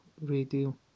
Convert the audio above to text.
Radio